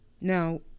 Now